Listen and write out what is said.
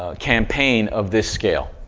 ah campaign of this scale,